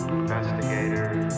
investigators